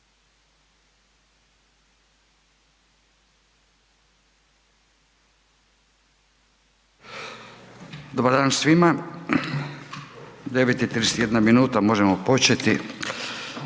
Dobar dan svima, 93 i 31 minuta, možemo početi.